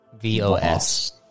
V-O-S